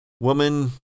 woman